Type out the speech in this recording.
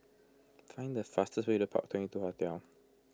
find the fastest way to Park Twenty two Hotel